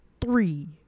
three